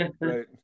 right